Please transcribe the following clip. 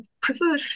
prefer